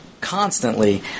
constantly